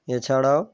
এছাড়াও